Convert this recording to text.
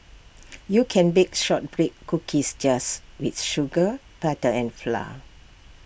you can bake Shortbread Cookies just with sugar butter and flour